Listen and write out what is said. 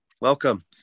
Welcome